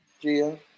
Gia